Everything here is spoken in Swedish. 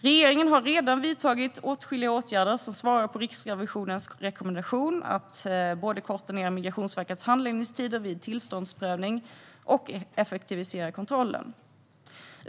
Regeringen har redan vidtagit åtskilliga åtgärder som svar på Riksrevisionens rekommendation att både korta ned Migrationsverkets handläggningstider vid tillståndsprövning och effektivisera kontrollen.